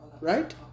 right